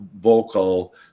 vocal